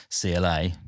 CLA